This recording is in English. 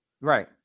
Right